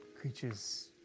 creatures